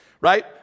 right